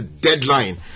deadline